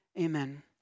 Amen